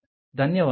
ధన్యవాదాలు